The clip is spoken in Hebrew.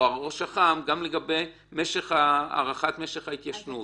ראש אח"מ גם לגבי הארכת משך ההתיישנות.